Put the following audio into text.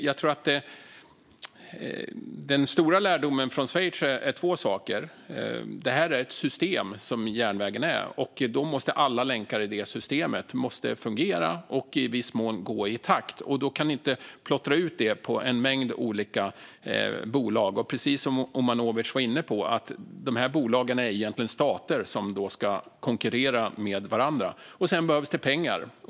Jag tror att den stora lärdomen från Schweiz är två saker. Järnvägen är ett system, och då måste alla länkar i det systemet fungera och i viss mån gå i takt. Då kan vi inte plottra ut detta på en mängd olika bolag. Precis som Omanovic var inne på är dessa bolag egentligen stater som då ska konkurrera med varandra. Sedan behövs det pengar.